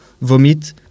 vomit